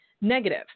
negative